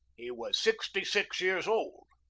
he was sixty-six years old.